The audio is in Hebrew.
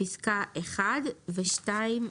בפסקה (1) ו-(2)